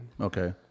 Okay